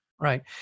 Right